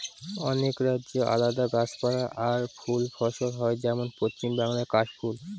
অনেক রাজ্যে আলাদা গাছপালা আর ফুল ফসল হয় যেমন পশ্চিম বাংলায় কাশ ফুল